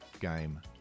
game